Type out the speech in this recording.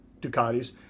ducatis